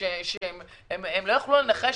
שהם לא יכלו לנחש.